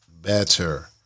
better